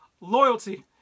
loyalty